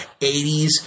80s